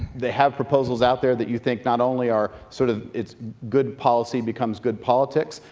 they have proposals out there that you think not only are sort of it's good policy becomes good politics,